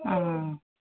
অঁ